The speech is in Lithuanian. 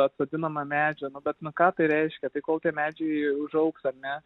atsodinome medžių nu bet nu ką tai reiškia tai kol tie medžiai užaugs ar ne